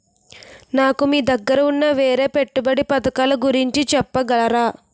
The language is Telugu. నాకు మీ దగ్గర ఉన్న వేరే పెట్టుబడి పథకాలుగురించి చెప్పగలరా?